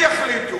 הם יחליטו.